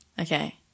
Okay